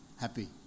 Happy